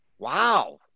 Wow